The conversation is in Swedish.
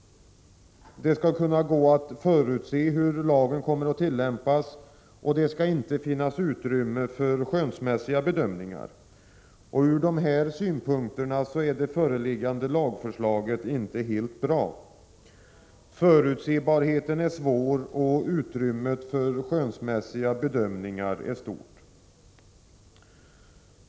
Man skall kunna förutse hur lagen kommer att tillämpas, och det skall inte finnas utrymme för skönsmässiga bedömningar. Ur dessa synpunkter är det föreliggande lagförslaget inte helt bra. Förutsebarheten är svår och utrymmet för skönsmässiga bedömningar är stort.